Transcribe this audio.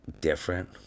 different